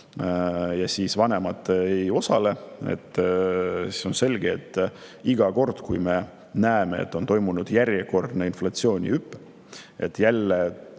ja vanemad ei osale, siis on selge, et kui me näeme, et on toimunud järjekordne inflatsioonihüpe, et jälle